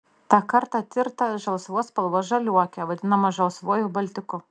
tą kartą tirta žalsvos spalvos žaliuokė vadinama žalsvuoju baltiku